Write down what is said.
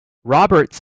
roberts